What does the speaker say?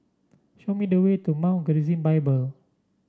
show me the way to Mount Gerizim Bible